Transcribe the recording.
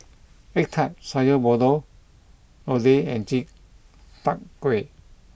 Egg Tart Sayur Lodeh and Chi Kak Kuih